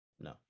no